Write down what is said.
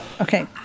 okay